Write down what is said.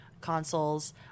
consoles